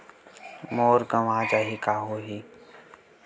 मोर गंवा जाहि का होही?